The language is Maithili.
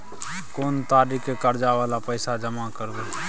कोन तारीख के कर्जा वाला पैसा जमा करबे?